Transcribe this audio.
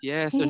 Yes